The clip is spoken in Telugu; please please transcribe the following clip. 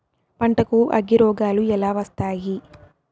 పంటకు అగ్గిరోగాలు ఎలా వస్తాయి?